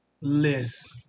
list